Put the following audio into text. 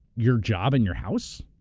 your job and your house,